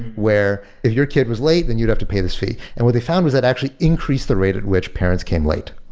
where if your kid was late, then you'd have to pay fee. and what they found was that actually increased the rate at which parents came late,